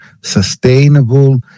sustainable